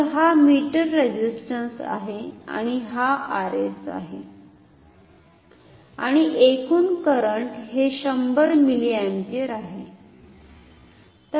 तर हा meter resistance आहे आणि हा Rs आहे आणि एकूण करंट हे 100 मिलिअम्पियर आहे